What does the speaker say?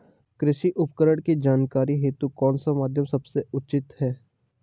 कृषि उपकरण की जानकारी हेतु कौन सा माध्यम सबसे उचित है?